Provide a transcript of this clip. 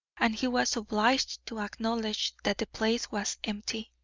and he was obliged to acknowledge that the place was empty.